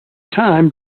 time